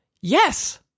Yes